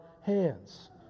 hands